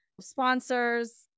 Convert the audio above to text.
sponsors